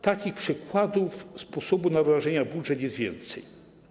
Takich przykładów sposobów na równoważenie budżetu jest więcej.